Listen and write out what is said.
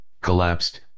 collapsed